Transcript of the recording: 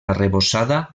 arrebossada